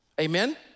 Amen